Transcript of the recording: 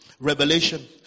Revelation